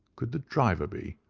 could the driver be,